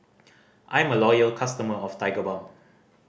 I'm a loyal customer of Tigerbalm